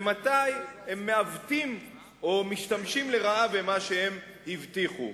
ומתי הם מעוותים או משתמשים לרעה במה שהם הבטיחו.